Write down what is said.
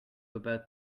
about